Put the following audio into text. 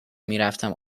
میرفتم